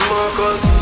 Marcus